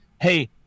Hey